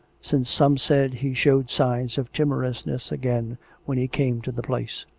since some said he showed signs of timorousness again when he came to the place.